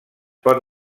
pot